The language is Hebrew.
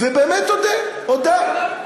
ובאמת אודה, הודה.